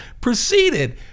proceeded